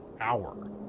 hour